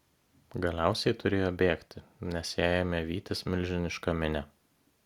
galiausiai turėjo bėgti nes ją ėmė vytis milžiniška minia